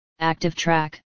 ActiveTrack